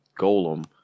Golem